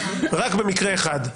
רק במקרה אחד,